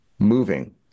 moving